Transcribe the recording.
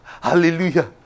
hallelujah